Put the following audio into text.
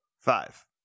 five